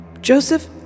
Joseph